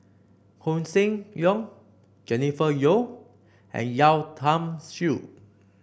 Koh Seng Leong Jennifer Yeo and Yeo Tiam Siew